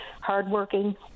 hardworking